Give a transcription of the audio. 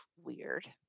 weird